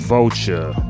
Vulture